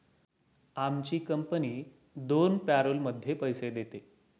आमची कंपनी दोन पॅरोलमध्ये पैसे देते